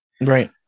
Right